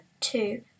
two